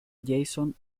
jason